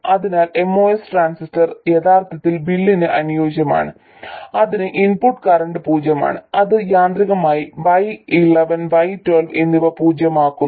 അതിനാൽ MOS transistor യഥാർത്ഥത്തിൽ ബില്ലിന് അനുയോജ്യമാണ് അതിന് ഇൻപുട്ട് കറന്റ് പൂജ്യമാണ് അത് യാന്ത്രികമായി y11 y12 എന്നിവ പൂജ്യമാക്കുന്നു